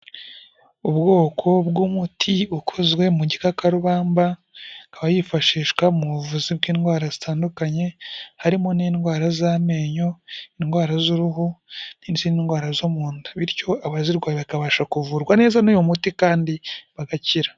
Ubwoko bw'umuti ukozwe mu gikakarubambaba, ikaba yifashishwa mu buvuzi bw'indwara zitandukanye, harimo n'indwara z'amenyo, indwara z'uruhu n'izindi ndwara zo mu nda, bityo abazirwaye bakabasha kuvurwa neza n'uyu muti kandi bagakira.